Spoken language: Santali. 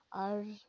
ᱟᱨ